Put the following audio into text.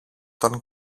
τον